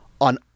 on